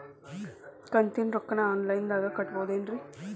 ಕಂತಿನ ರೊಕ್ಕನ ಆನ್ಲೈನ್ ದಾಗ ಕಟ್ಟಬಹುದೇನ್ರಿ?